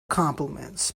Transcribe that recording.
compliments